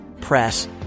press